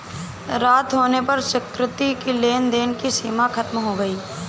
रात होने पर सुकृति की लेन देन की सीमा खत्म हो गई